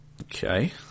Okay